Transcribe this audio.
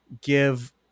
give